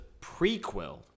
prequel